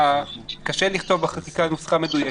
קשה לכתוב בחקיקה נוסחה מדויקת.